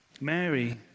Mary